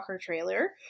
trailer